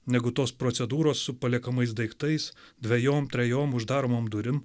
negu tos procedūros su paliekamais daiktais dvejom trejom uždaromom durim